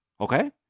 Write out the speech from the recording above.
Okay